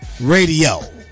Radio